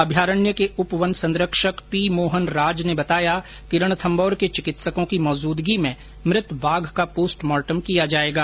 अभयारण्य के उपवन संरक्षक पी मोहन राज ने बताया कि रणथम्मौर के चिकित्सकों की मौजूदगी में मृत बाघ का पोस्टमार्टम किया जाएगा